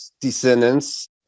descendants